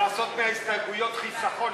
לסעיף 5 לא נתקבלה.